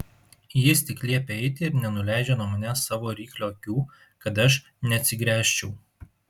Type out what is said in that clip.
jis tik liepia eiti ir nenuleidžia nuo manęs savo ryklio akių kad aš neatsigręžčiau